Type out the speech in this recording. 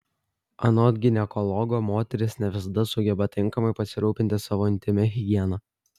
anot ginekologo moterys ne visada sugeba tinkamai pasirūpinti savo intymia higiena